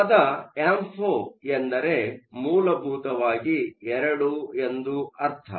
ಈ ಪದ ಆಂಫೋ಼ ಎಂದರೆ ಮೂಲಭೂತವಾಗಿ ಎರಡು ಎಂದು ಅರ್ಥ